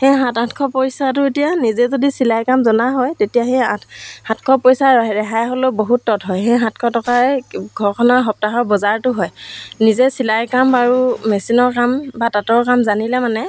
সেই সাত আঠশ পইচাটো এতিয়া নিজে যদি চিলাই কাম জনা হয় তেতিয়া সেই আঠ সাতশ পইচা ৰেহাই হ'লেও বহুত তত্ হয় সেই সাতশ টকাই ঘৰখনৰ সপ্তাহৰ বজাৰটো হয় নিজে চিলাই কাম আৰু মেচিনৰ কাম বা তাঁতৰ কাম জানিলে মানে